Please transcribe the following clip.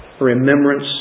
remembrance